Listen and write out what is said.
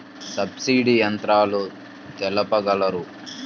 Subsidy యంత్రాలు తెలుపగలరు?